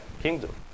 kingdom